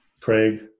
Craig